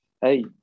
hey